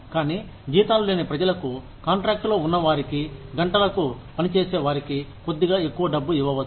కానీ జీతాలు లేని ప్రజలకు కాంట్రాక్టులో ఉన్న వారికి గంటలకు పనిచేసే వారికి కొద్దిగా ఎక్కువ డబ్బు ఇవ్వవచ్చు